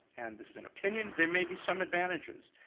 and this is an opinion, there may be some advantages.